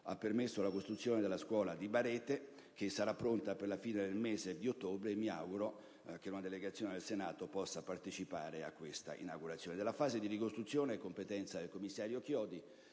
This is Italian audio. ha permesso la costruzione della scuola di Barete che sarà pronta per la fine del mese di ottobre, e mi auguro che una delegazione del Senato possa partecipare all'inaugurazione.